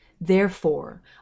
Therefore